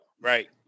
Right